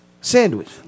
sandwich